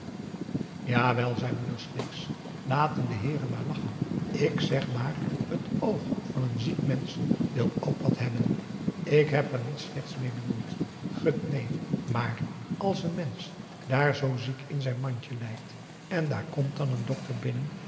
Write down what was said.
jawel zei moeder sleeks laten de heeren maar lachen ik zeg maar het oog van een ziek mensch wil ook wat hebben ik heb er niks slechts mee bedoeld gut neen maar als een mensch daar zoo ziek in zijn mandje leit en daar komt dan een dokter binnen